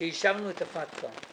כשאישרנו את הפטקא,